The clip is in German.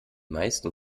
meisten